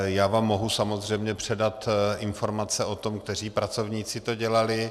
Já vám mohu samozřejmě předat informace o tom, kteří pracovníci to dělali.